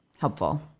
helpful